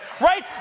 right